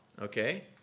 Okay